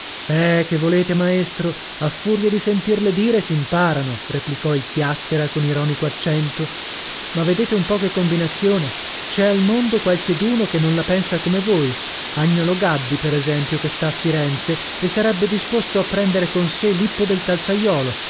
eh che volete maestro a furia di sentirle dire s'imparano replicò il chiacchiera con ironico accento ma vedete un po che combinazione c'è al mondo qualcheduno che non la pensa come voi agnolo gaddi per esempio che sta a firenze e sarebbe disposto a prendere con sè lippo del calzaiolo il